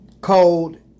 code